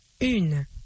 Une